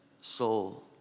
soul